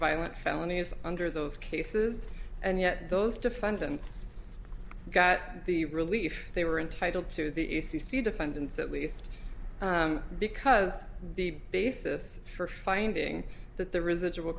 violent felonies under those cases and yet those defendants got the relief they were entitled to the e c c defendants at least because the basis for finding that the residual